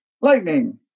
Lightning